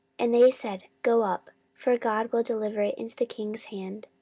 and they said, go up for god will deliver it into the king's hand.